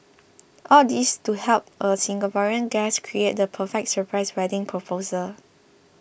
all this to help a Singaporean guest create the perfect surprise wedding proposal